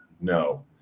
No